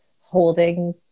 holding